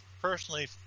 personally